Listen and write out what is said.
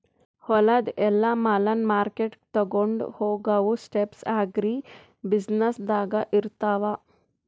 ಹೊಲದು ಎಲ್ಲಾ ಮಾಲನ್ನ ಮಾರ್ಕೆಟ್ಗ್ ತೊಗೊಂಡು ಹೋಗಾವು ಸ್ಟೆಪ್ಸ್ ಅಗ್ರಿ ಬ್ಯುಸಿನೆಸ್ದಾಗ್ ಇರ್ತಾವ